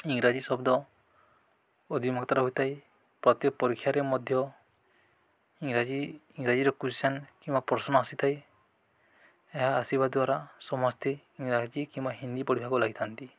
ଇଂରାଜୀ ଶବ୍ଦ ଅଧମତାର ହୋଇଥାଏ ପ୍ରତ୍ୟେକ ପରୀକ୍ଷାରେ ମଧ୍ୟ ଇଂରାଜୀ ଇଂରାଜୀର କୋଶ୍ଚିନ୍ କିମ୍ବା ପ୍ରଶ୍ନ ଆସିଥାଏ ଏହା ଆସିବା ଦ୍ୱାରା ସମସ୍ତେ ଇଂରାଜୀ କିମ୍ବା ହିନ୍ଦୀ ପଢ଼ିବାକୁ ଲାଗିଥାନ୍ତି